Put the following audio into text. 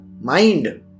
mind